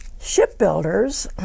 shipbuilders